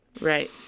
Right